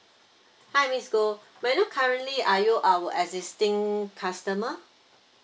hi miss goh may I know currently are you our existing customer